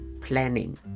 planning